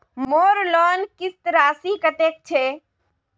मोर लोन किस्त राशि कतेक छे?